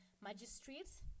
magistrates